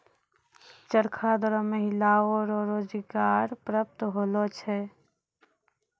चरखा द्वारा महिलाओ रो रोजगार प्रप्त होलौ छलै